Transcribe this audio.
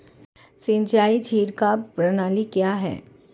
सिंचाई छिड़काव प्रणाली क्या है?